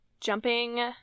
Jumping